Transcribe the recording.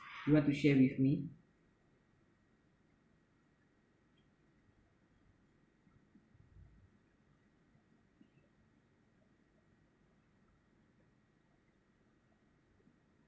you want to share with me